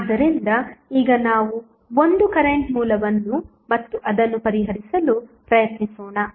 ಆದ್ದರಿಂದ ಈಗ ನಾವು ಒಂದು ಕರೆಂಟ್ ಮೂಲವನ್ನು ಮತ್ತು ಅದನ್ನು ಪರಿಹರಿಸಲು ಪ್ರಯತ್ನಿಸೋಣ